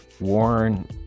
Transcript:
Warren